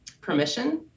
permission